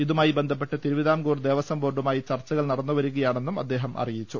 ഇതുമായി ബന്ധപ്പെട്ട് തിരുവിതാംകൂർ ദേവസ്ഥ ബോർഡുമായി ചർച്ചകൾ നടന്നു വരികയാണെന്നും അദ്ദേഹം അറിയിച്ചു